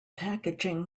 packaging